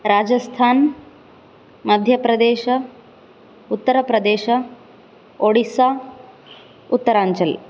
Rajasthan Madhya Pradesh Uttar Pradesh Odisha Uttaranchal